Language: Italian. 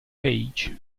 page